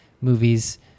movies